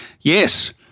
yes